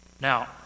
Now